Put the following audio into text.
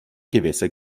gewässer